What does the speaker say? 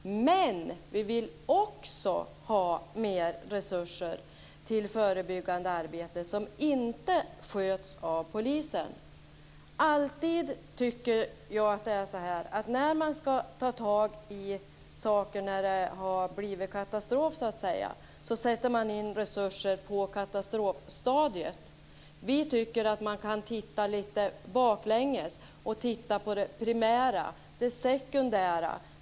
Men vi vill också har mer resurser till förebyggande arbete som inte sköts av polisen. När man ska ta tag i saker sätter man alltid in resurser på katastrofstadiet. Vi tycker man kan titta lika bakåt och se på det primära och det sekundära.